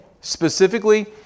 Specifically